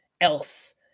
else